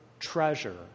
Treasure